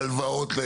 בהלוואות,